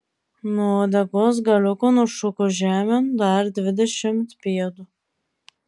nuo uodegos galiuko nušoko žemėn dar dvidešimt pėdų